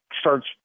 starts